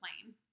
plane